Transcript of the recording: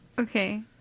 Okay